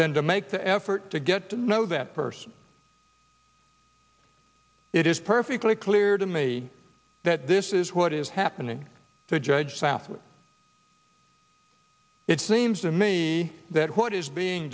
than to make the effort to get to know that person it is perfectly clear to me that this is what is happening to judge southwick it seems to me that what is being